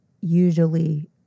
usually